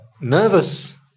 nervous